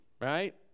right